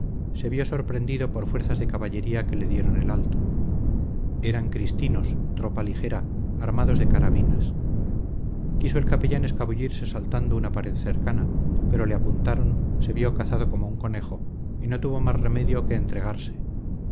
se vio sorprendido por fuerzas de caballería que le dieron el alto eran cristinos tropa ligera armados de carabinas quiso el capellán escabullirse saltando una pared cercana pero le apuntaron se vio cazado como un conejo y no tuvo más remedio que entregarse